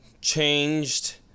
changed